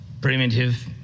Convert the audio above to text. primitive